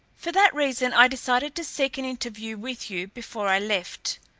for that reason, i decided to seek an interview with you before i left.